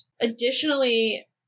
additionally